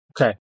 Okay